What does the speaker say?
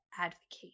advocate